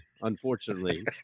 unfortunately